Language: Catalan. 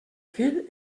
fill